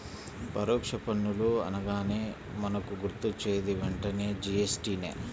పరోక్ష పన్నులు అనగానే మనకు గుర్తొచ్చేది వెంటనే జీ.ఎస్.టి నే